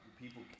people